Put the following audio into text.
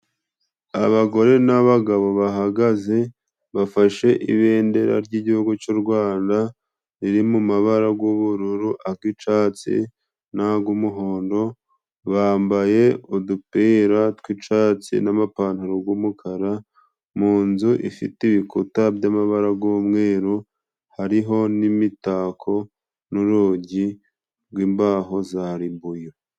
Abagore n'abagabo bahagaze bafashe ibendera ry'igihugu c'u rwanda riri mu mabara g'ubururu agi'icyatsi n'ag'umuhondo bambaye udupira tw'icatsi n'amapantaro g'umukara mu nzu ifite ibikuta by'amabara g'umweru hariho n'imitako n'urugi rw'imbaho za ribuyu